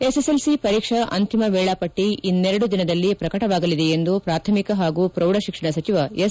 SSLC ಪರೀಕ್ಷಾ ಅಂತಿಮ ವೇಳಾಪಟ್ಟಿ ಇನ್ನೆರಡು ದಿನದಲ್ಲಿ ಪ್ರಕಟವಾಗಲಿದೆ ಎಂದು ಪ್ರಾಥಮಿಕ ಹಾಗೂ ಪ್ರೌಢಶಿಕ್ಷಣ ಸಚಿವ ಎಸ್